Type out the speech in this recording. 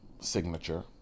signature